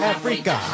Africa